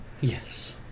Yes